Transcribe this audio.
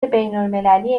بینالمللی